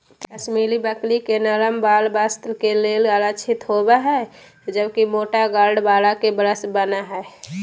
कश्मीरी बकरी के नरम वाल वस्त्र के लेल आरक्षित होव हई, जबकि मोटा गार्ड वाल के ब्रश बन हय